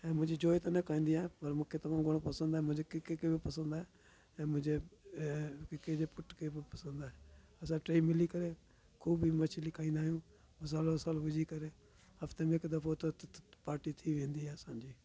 ऐं मुंहिंजी जोइ त न खाईंदी आहे पर मूंखे तमामु घणो पसंदि आहे मुंहिंजे किके बि पसंदि आहे ऐं मुंहिंजे किके जे पुट खे बि पसंदि आहे असां टेई मिली करे ख़ूब ई मछली खाईंदा आहियूं मसालो वसालो विझी करे हफ़्ते में हिकु दफ़ो त पाटी थी वेंदी आहे असांजी